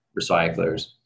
recyclers